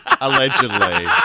Allegedly